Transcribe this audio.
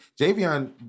Javion